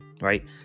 right